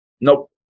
nope